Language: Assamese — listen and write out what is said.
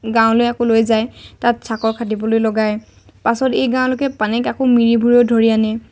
গাঁৱলৈ আকৌ লৈ যায় তাত চাকৰ খাতিবলৈ লগায় পাছত এই গাঁৱলেকে পানেইক আকৌ মিৰিবোৰে ধৰি আনে